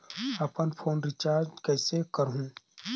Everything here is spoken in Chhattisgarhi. अपन फोन रिचार्ज कइसे करहु?